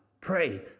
Pray